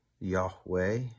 yahweh